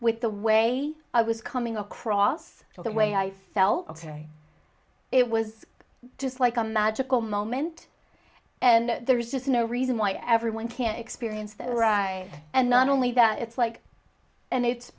with the way i was coming across the way i fell it was just like a magical moment and there's just no reason why everyone can experience that rise and not only that it's like and it's